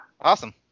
awesome